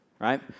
right